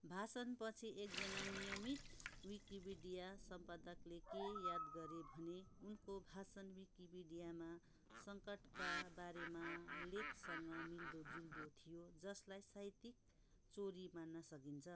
भाषणपछि एकजना नियमित विकिपीडिया सम्पादकले के याद गरे भने उनको भाषण विकिपीडियामा सङ्कटका बारेमा लेखसँग मिल्दो जुल्दो थियो जसलाई साहित्यिक चोरी मान्न सकिन्छ